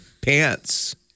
pants